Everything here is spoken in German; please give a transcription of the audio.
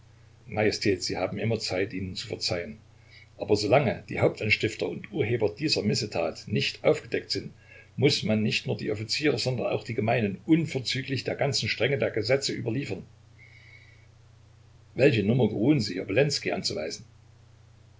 sie haben immer zeit ihnen zu verzeihen aber solange die hauptanstifter und urheber dieser missetat nicht aufgedeckt sind muß man nicht nur die offiziere sondern auch die gemeinen unverzüglich der ganzen strenge der gesetze überliefern welche nummer geruhen sie obolenskij anzuweisen